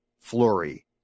Flurry